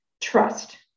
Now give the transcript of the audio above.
trust